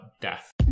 death